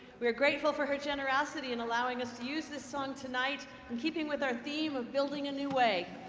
we are grateful for her generosity in allowing us to use this song tonight in keeping with our theme of building a new way!